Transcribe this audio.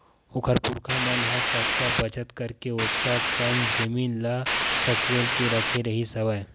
ओखर पुरखा मन ह कतका बचत करके ओतका कन जमीन ल सकेल के रखे रिहिस हवय